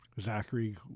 zachary